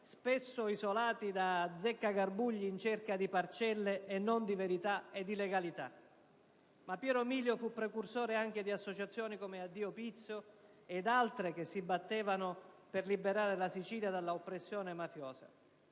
spesso isolati da azzeccagarbugli in cerca di parcelle e non di verità e di legalità. Ma Piero Milio fu precursore anche di associazioni come «Addio Pizzo» ed altre che si battevano per liberare la Sicilia dall'oppressione mafiosa.